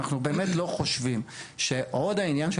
אנחנו באמת לא חושבים שעוד העניין של